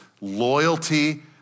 loyalty